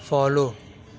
follow